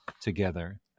together